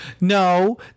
No